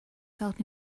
felt